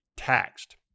taxed